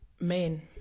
men